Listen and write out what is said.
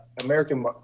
american